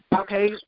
okay